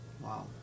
Wow